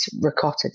ricotta